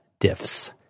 diffs